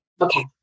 Okay